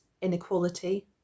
inequality